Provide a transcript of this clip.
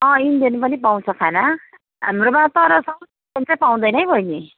अँ इन्डियन पनि पाउँछ खाना हाम्रोमा तर चाहिँ पाउँदैन है बैनी